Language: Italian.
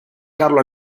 carlo